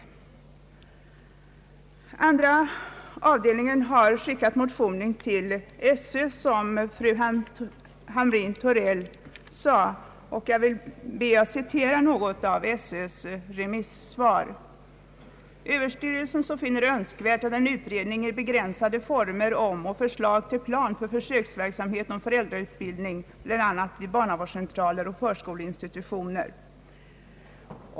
Statsutskottets andra avdelning har skickat motionerna på remiss till skolöverstyrelsen, som fru Hamrin-Thorell sade. Jag vill citera något ur SÖ:s remissvar. Överstyrelsen finner det önskvärt med en utredning i begränsade former om och förslag till plan för försöksverksamhet med föräldrautbildning, bl.a. vid barnavårdscentraler och förskoleinstitutioner.